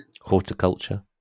horticulture